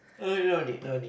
eh no need no need